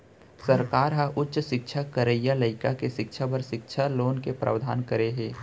सरकार ह उच्च सिक्छा करइया लइका के सिक्छा बर सिक्छा लोन के प्रावधान करे हे